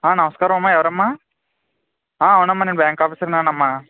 ఆ నమస్కారం అమ్మ ఎవరమ్మా ఆ అవునమ్మా నేను బ్యాంక్ ఆఫీసర్ను ఏనమ్మా